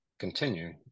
continue